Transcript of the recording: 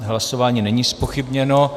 Hlasování není zpochybněno.